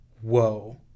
whoa